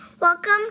Welcome